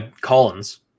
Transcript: Collins